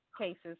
cases